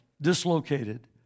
dislocated